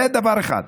זה דבר אחד.